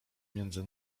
między